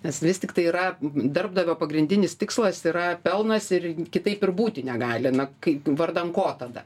nes vis tiktai yra darbdavio pagrindinis tikslas yra pelnas ir kitaip ir būti negali na kai vardan ko tada